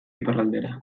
iparraldera